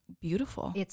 beautiful